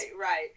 Right